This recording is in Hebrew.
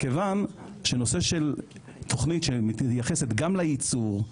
מכיוון שנושא של תוכנית שמתייחסת גם ליצור,